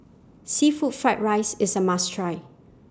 Seafood Fried Rice IS A must Try